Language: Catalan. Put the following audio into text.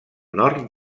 nord